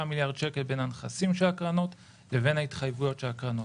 מיליארד שקלים בין הנכסים של הקרנות לבין ההתחייבויות של הקרנות.